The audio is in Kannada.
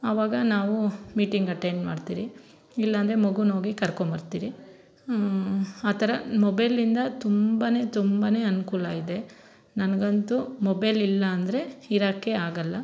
ಆವಾಗ ನಾವು ಮೀಟಿಂಗ್ ಅಟೆಂಡ್ ಮಾಡ್ತೀರಿ ಇಲ್ಲಾಂದರೆ ಮಗುನ ಹೋಗಿ ಕರ್ಕೊಂಬರ್ತಿರಿ ಆ ಥರ ಮೊಬೈಲಿಂದ ತುಂಬ ತುಂಬ ಅನುಕೂಲ ಇದೆ ನನ್ಗಂತೂ ಮೊಬೈಲ್ ಇಲ್ಲ ಅಂದರೆ ಇರಕ್ಕೆ ಆಗಲ್ಲ